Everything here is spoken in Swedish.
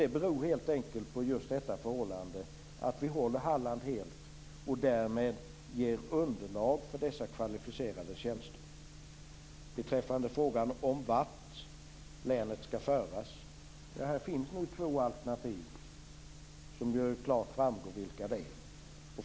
Det beror helt enkelt just på det förhållandet att vi håller Halland helt och därmed ger underlag för dessa kvalificerade tjänster. Beträffande frågan vart länet skall föras finns nu två alternativ. Vilka det är framgår klart.